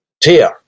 tear